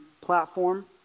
platform